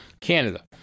Canada